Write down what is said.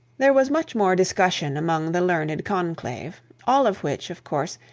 there was much more discussion among the learned conclave, all of which, of course,